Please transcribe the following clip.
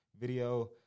Video